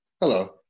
Hello